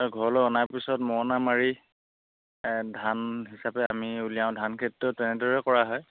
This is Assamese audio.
ঘৰলৈ অনাৰ পিছত মৰনা মাৰি ধান হিচাপে আমি উলিয়াওঁ ধান খেতিটো তেনেদৰে কৰা হয়